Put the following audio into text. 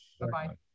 Bye-bye